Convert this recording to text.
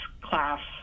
class